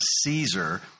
Caesar